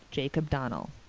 jacob donnell.